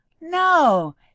No